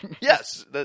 Yes